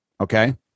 okay